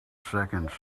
second